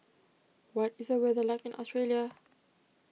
what is the weather like in Australia